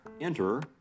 enter